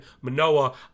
Manoa